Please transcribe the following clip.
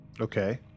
Okay